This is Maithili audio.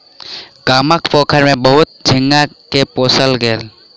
गामक पोखैर में बहुत झींगा के पोसल गेल